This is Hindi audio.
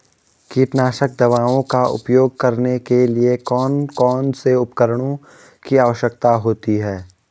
कीटनाशक दवाओं का उपयोग करने के लिए कौन कौन से उपकरणों की आवश्यकता होती है?